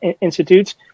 institutes